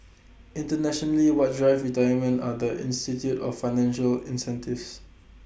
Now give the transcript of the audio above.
internationally what drives retirement are the institute of financial incentives